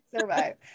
Survive